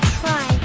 try